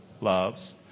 loves